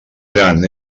gran